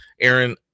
Aaron